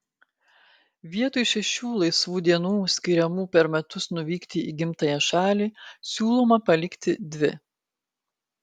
vietoj šešių laisvų dienų skiriamų per metus nuvykti į gimtąją šalį siūloma palikti dvi